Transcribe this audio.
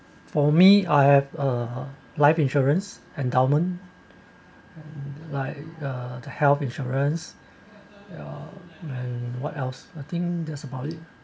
for me I have a life insurance endowment like uh the health insurance and what else I think that's about it